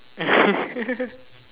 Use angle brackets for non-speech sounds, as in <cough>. <laughs>